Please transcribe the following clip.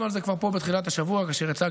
בבקשה, שר